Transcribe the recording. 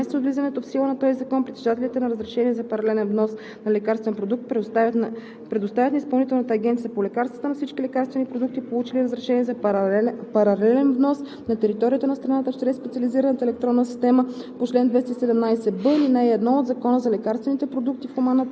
2016/161. (4) В срок до три месеца от влизането в сила на този закон притежателите на разрешения за паралелен внос на лекарствен продукт предоставят на Изпълнителната агенция по лекарствата за всички лекарствени продукти, получили разрешение за паралелен внос на територията на страната чрез специализираната електронна система